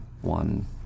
one